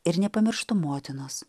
ir nepamirštu motinos